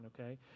okay